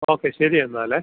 okay ശരി എന്നാൽ